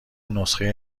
نسخه